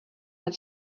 had